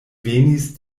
venis